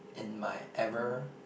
in my ever